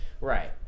right